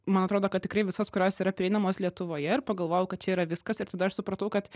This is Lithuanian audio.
man atrodo kad tikrai visas kurios yra prieinamos lietuvoje ir pagalvojau kad čia yra viskas ir tada aš supratau kad